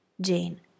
Jane